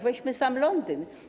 Weźmy sam Londyn.